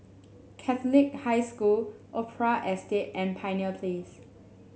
Catholic High School Opera Estate and Pioneer Place